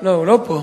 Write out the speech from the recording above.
לא, הוא לא פה,